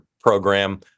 program